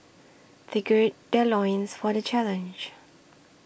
they gird their loins for the challenge